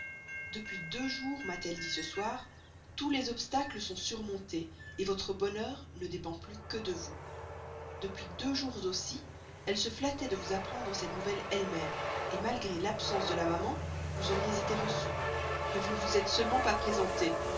depuis deux jours m'a-t-elle dit ce soir tous les obstacles sont surmontés votre bonheur ne dépend plus que de vous depuis deux jours aussi elle se flattait de vous apprendre cette nouvelle elle-même malgré l'absence de la maman vous auriez été reçu mais vous ne vous êtes seulement pas présenté